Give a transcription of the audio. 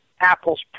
Apple's